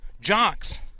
jocks